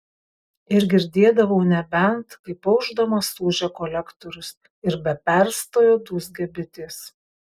ir girdėdavau nebent kaip aušdamas ūžia kolektorius ir be perstojo dūzgia bitės